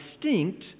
distinct